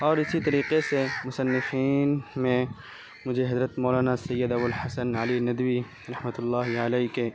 اور اسی طریقے سے مصنفین میں مجھے حضرت مولانا سید ابو الحسن علی ندوی رحمۃ اللہ علیہ کے